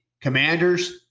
commanders